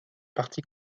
parti